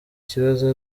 kibazo